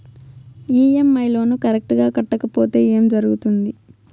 EMI loan correct గా కట్టకపోతే ఏం జరుగుతుంది